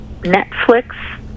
Netflix